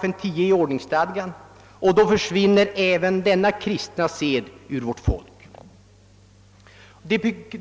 10 8 i ordningsstadgan, och då försvinner även denna kristna sed från vårt folks traditioner.